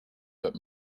but